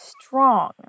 strong